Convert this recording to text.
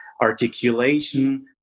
articulation